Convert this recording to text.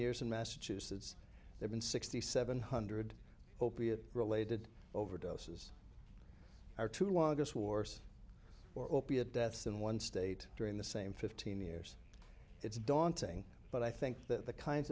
years in massachusetts they've been six thousand seven hundred opiate related overdoses or two longest wars or opiate deaths in one state during the same fifteen years it's daunting but i think that the kinds